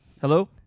Hello